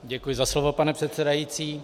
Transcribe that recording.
Děkuji za slovo, pane předsedající.